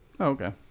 okay